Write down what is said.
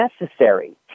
necessary